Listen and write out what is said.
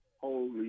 holy